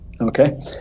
okay